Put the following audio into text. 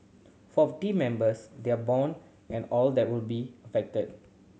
for team members their bone and all that will be affected